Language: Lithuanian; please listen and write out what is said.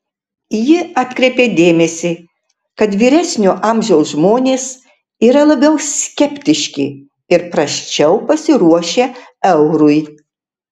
ji atkreipė dėmesį kad vyresnio amžiaus žmonės yra labiau skeptiški ir prasčiau pasiruošę eurui